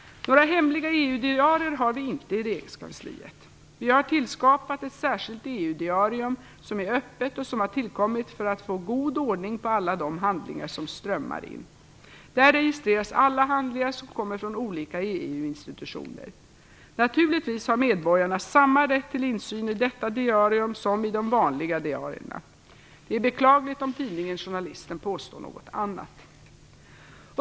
Några hemliga EU-diarier har vi inte i regeringskansliet. Vi har tillskapat ett särskilt EU-diarium som är öppet och som har tillkommit för att få god ordning på alla de handlingar som strömmar in. Där registreras alla handlingar som kommer från olika EU institutioner. Naturligtvis har medborgarna samma rätt till insyn i detta diarium som i de vanliga diarierna. Det är beklagligt om tidningen Journalisten påstår något annat.